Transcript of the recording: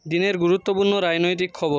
দিনের গুরুত্বপূর্ণ রাজনৈতিক খবর